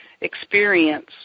experience